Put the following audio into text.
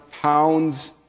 pounds